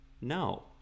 no